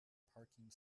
parking